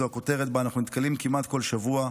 זאת הכותרת שבה אנחנו נתקלים כמעט בכל שבוע.